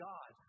God